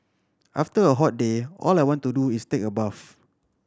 after a hot day all I want to do is take a bath